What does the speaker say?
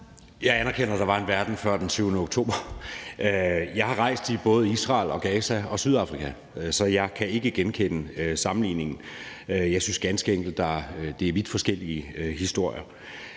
Jeg anerkender, at der var en verden før den 7. oktober. Jeg har rejst i både Israel, Gaza og Sydafrika, så jeg kan ikke genkende sammenligningen. Jeg synes ganske enkelt, at det er vidt forskellige historier.